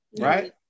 right